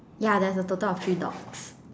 ya there is a total of three dogs